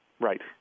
Right